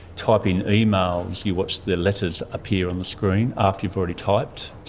typing emails, you watch the letters appear on the screen after you've already typed.